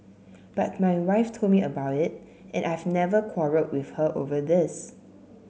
but my wife told me about it and I've never quarrelled with her over this